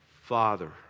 Father